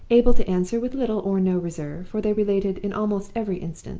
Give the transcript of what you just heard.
able to answer with little or no reserve, for they related, in almost every instance,